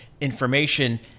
information